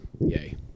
Yay